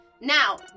Now